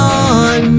on